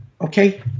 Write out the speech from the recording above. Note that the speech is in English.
okay